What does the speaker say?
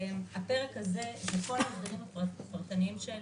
הפרק הזה וכל ההסדרים הפרטניים של